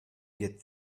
get